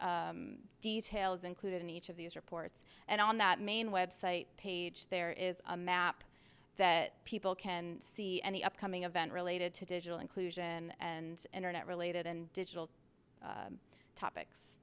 much detail is included in each of these reports and on that main website page there is a map that people can see and the upcoming event related to digital inclusion and internet related and digital topics